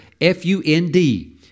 F-U-N-D